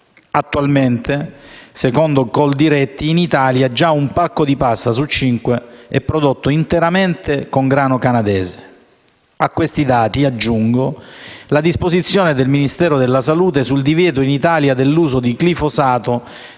Attualmente, secondo la Coldiretti, in Italia un pacco di pasta su cinque è già prodotto interamente con grano canadese. A questi dati aggiungo la disposizione del Ministero della salute sul divieto in Italia dell'uso del glifosato